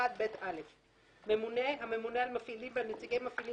61ב(א); "ממונה" הממונה על מפעילים ועל נציגי מפעילים